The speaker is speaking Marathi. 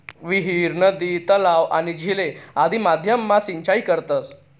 विहीर, नदी, तलाव, आणि झीले आदि माध्यम मा सिंचाई करतस